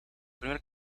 primer